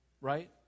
right